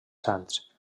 sants